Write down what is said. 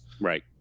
Right